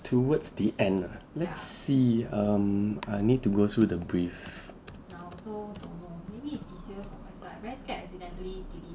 towards the end ah let's see um I need to go through the brief